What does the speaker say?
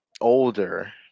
older